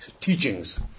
teachings